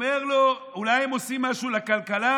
אומר לו: אולם הם עושים משהו לכלכלה?